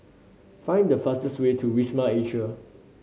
find the fastest way to Wisma Atria